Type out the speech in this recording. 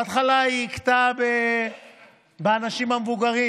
בהתחלה היא הכתה באנשים המבוגרים.